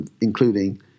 including